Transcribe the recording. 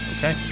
Okay